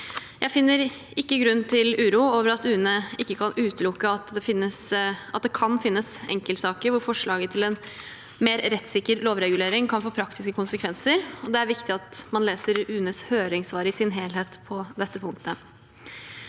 Jeg finner ikke grunn til uro over at UNE «ikke kan utelukke» at det kan finnes enkeltsaker hvor forslaget til en mer rettssikker lovregulering kan få praktiske konsekvenser. Det er viktig at man leser UNEs høringssvar i sin helhet på dette punktet.